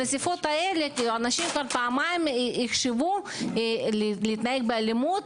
אנשים יחשבו פעמיים אם להתנהג באלימות